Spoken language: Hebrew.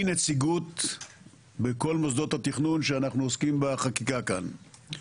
נציגות בכל מוסדות התכנון שאנחנו עוסקים בחקיקה כאן.